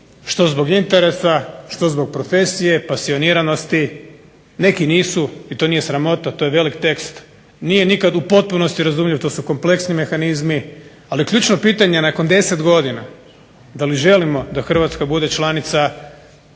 što zbog interesa, što zbog profesije, pasioniranosti, neki nisu i to nije sramota, to je velik tekst, nije nikad u potpunosti razumljiv, to su kompleksni mehanizmi, ali je ključno pitanje nakon 10 godina da li želimo da Hrvatska bude članica te